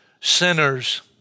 sinners